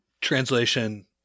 Translation